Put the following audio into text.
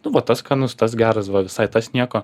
nu va tas skanus tas geras va visai tas nieko